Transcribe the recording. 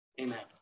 Amen